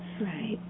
Right